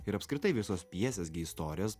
ir apskritai visos pjesės gi istorijos